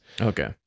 okay